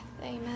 Amen